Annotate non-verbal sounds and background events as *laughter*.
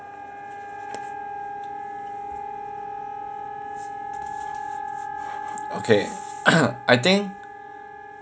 okay *coughs* I think